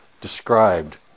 described